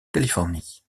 californie